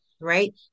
Right